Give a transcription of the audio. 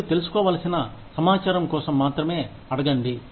మీరు తెలుసుకోవలసిన సమాచారం కోసం మాత్రమే అడగండి